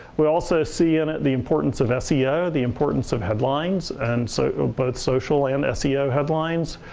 we also see in it the importance of ah seo, the importance of headlines. and so both social and seo headlines.